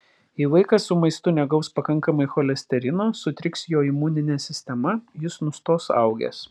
jei vaikas su maistu negaus pakankamai cholesterino sutriks jo imuninė sistema jis nustos augęs